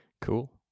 Cool